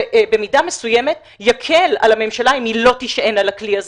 במידה מסוימת יקל על הממשלה אם היא לא תישען על הכלי הזה,